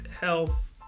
health